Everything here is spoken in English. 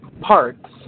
parts